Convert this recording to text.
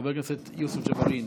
חבר הכנסת יוסף ג'בארין,